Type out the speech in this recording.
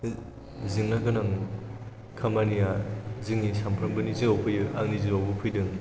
जेंना गोनां खामानिया जोंनि सानफ्रोमबोनि जिउआव फैयो आंनि जिउआवबो फैदों